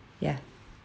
ya